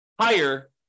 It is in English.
higher